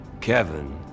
Kevin